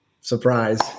Surprise